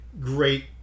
great